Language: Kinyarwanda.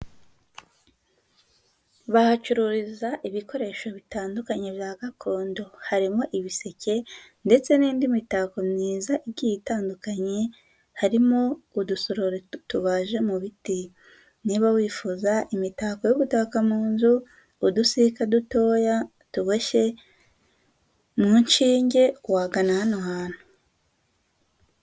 Bahacururiza ibikoresho bitandukanye bya gakondo, harimo ibiseke ndetse n'indi mitako myiza igiye itandukanye, harimo udusorori tubaje mu biti, niba wifuza imitako yo gutaka mu nzu, udusika dutoya tuboshye mu nshinge wagana hano hantu.